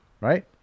Right